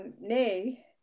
nay